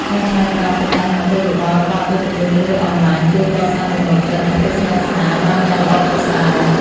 ការឆ្លើយតបទៅកាន់មតិយោបល់របស់អតិថិជនលើអនឡាញជួយកសាងទំនុកចិត្ត និងភាពស្និទ្ធស្នាលបានយ៉ាងល្អប្រសើរ។